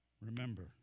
Remember